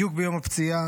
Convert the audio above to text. בדיוק ביום הפציעה,